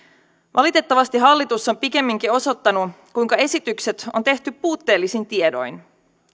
valitettavasti hallitus on pikemminkin osoittanut kuinka esitykset on tehty puutteellisin tiedoin